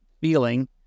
feeling